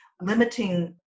Limiting